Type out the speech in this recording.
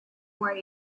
wore